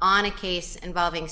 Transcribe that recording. on a case and valving